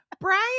Brian